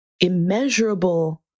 immeasurable